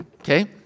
Okay